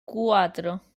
cuatro